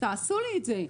תעשו לי את זה.